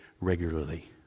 regularly